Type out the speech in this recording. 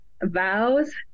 vows